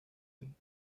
hin